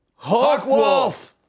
hawkwolf